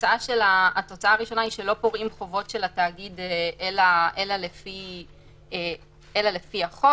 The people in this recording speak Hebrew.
התוצאה הראשונה היא שלא פורעים חובות של התאגיד אלא לפי החוק.